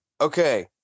Okay